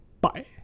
bye